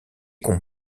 qu’on